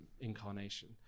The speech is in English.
incarnation